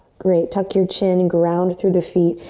great, tuck your chin and ground through the feet.